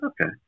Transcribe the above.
Okay